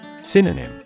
Synonym